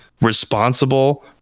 responsible